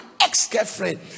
ex-girlfriend